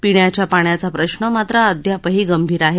पिण्याच्या पाण्याचा प्रश्र मात्र अद्यापही गंभीर आहे